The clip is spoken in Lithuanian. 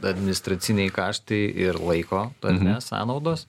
administraciniai kaštai ir laiko ar ne sąnaudos